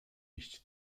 iść